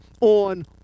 on